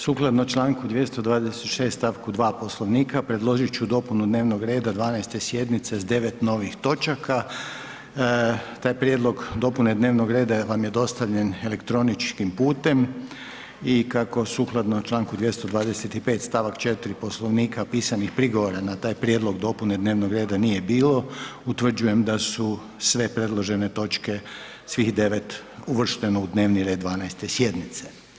Sukladno Članku 226. stavku 2. Poslovnika predložit ću dopunu dnevnog reda 12. sjednice s 9 novih točaka, taj prijedlog dopune dnevnog reda vam je dostavljen elektroničkim putem i kako sukladno Članku 225. stavak 4. Poslovnika pisanih prigovora na prijedlog dopune dnevnog reda nije bilo utvrđujem da su sve predložene točke svih 9. uvršteno u dnevni red 12. sjednice.